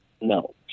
No